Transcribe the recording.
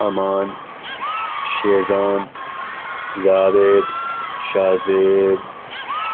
Aman Shizan Lareeb Shah Zeb